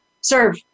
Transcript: serve